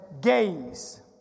gaze